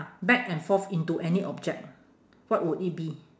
back and forth into any object what would it be